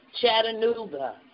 Chattanooga